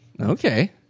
Okay